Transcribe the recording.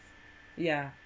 yeah